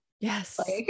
Yes